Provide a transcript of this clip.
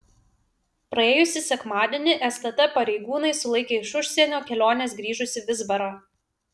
praėjusį sekmadienį stt pareigūnai sulaikė iš užsienio kelionės grįžusį vizbarą